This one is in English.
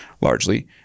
largely